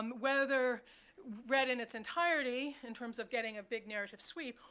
um whether read in its entirety, in terms of getting a big narrative sweep,